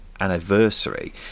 anniversary